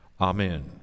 amen